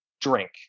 drink